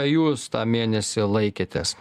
jūs tą mėnesį laikėtės